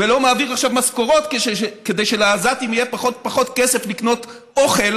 ולא מעביר עכשיו משכורות כדי שלעזתים יהיה פחות ופחות כסף לקנות אוכל